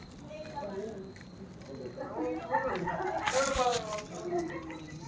phone pay, Google pay, Paytm ಮತ್ತ Amazon pay ಇವೆಲ್ಲ best UPI apps